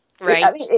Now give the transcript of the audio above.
Right